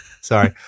Sorry